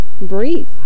breathe